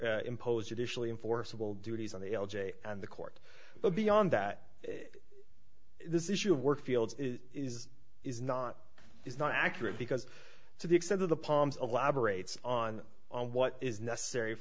poe's additionally enforceable duties on the l j and the court but beyond that this is your work field is is not is not accurate because to the extent of the palms a lab or a tz on on what is necessary